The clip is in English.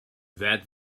that